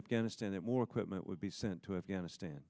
afghanistan that more equipment would be sent to afghanistan